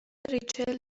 ریچل